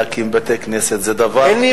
להקים בתי-כנסת, אין טוב מזה.